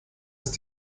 ist